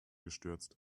gestürzt